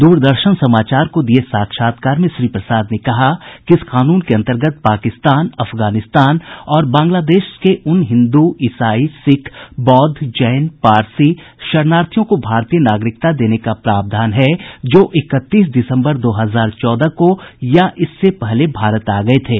दूरदर्शन समाचार को दिए साक्षात्कार में श्री प्रसाद ने कहा कि इस कानून के अंतर्गत पाकिस्तान अफगानिस्तान और बांग्लादेश के उन हिन्दू ईसाई सिख बौद्ध जैन और पारसी शरणार्थियों को भारतीय नागरिकता देने का प्रावधान है जो इकतीस दिसम्बर दो हजार चौदह को या इससे पहले भारत आ गए थे